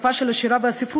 שפה של שירה וספרות,